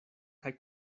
kaj